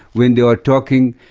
when they are talking,